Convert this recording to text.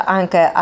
anche